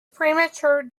premature